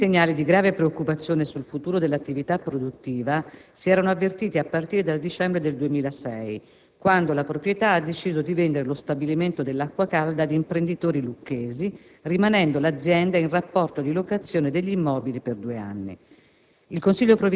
I primi segnali di grave preoccupazione sul futuro dell'attività produttiva si erano avvertiti a partire dal dicembre del 2006 quando la proprietà ha deciso di vendere lo stabilimento dell'Acquacalda ad imprenditori lucchesi, rimanendo l'azienda in rapporto di locazione degli immobili per due anni.